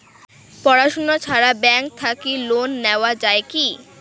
পড়াশুনা ছাড়া ব্যাংক থাকি লোন নেওয়া যায় কি?